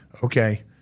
Okay